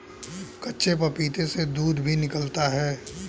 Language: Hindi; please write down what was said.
कच्चे पपीते से दूध भी निकलता है